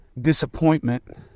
disappointment